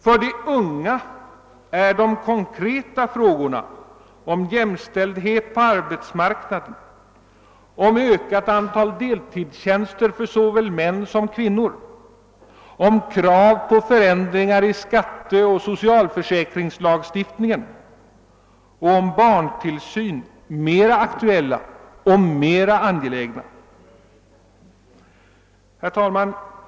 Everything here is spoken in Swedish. För de unga är de konkreta frågorna om jämställdhet på arbetsmarknaden, om ökat antal deltidstjänster för såväl män som kvinnor, om kravet på förändringar i skatteoch socialförsäkringslagstiftningen, om barntilltillsyn mera aktuella, mera angelägna. Herr talman!